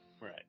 Right